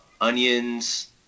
onions